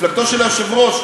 מפלגתו של היושב-ראש,